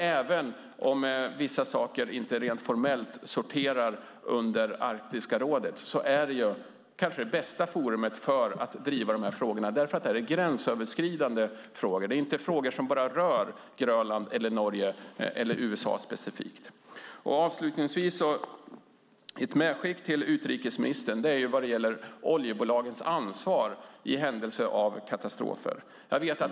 Även om vissa saker inte rent formellt sorterar under Arktiska rådet är det det kanske bästa forumet för att driva dessa frågor eftersom de är gränsöverskridande. Det är inte frågor som endast rör Grönland, Norge eller USA specifikt. Avslutningsvis vill jag göra ett medskick till utrikesministern. Det gäller oljebolagens ansvar i händelse av katastrofer.